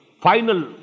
final